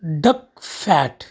duck fat